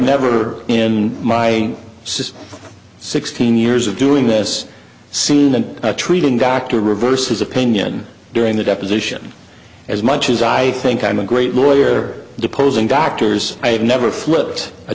never in my system sixteen years of doing this scene and treating dr reverse his opinion during the deposition as much as i think i'm a great lawyer deposing doctors i have never flipped a